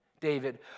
David